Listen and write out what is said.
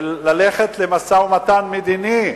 של ללכת למשא-ומתן מדיני,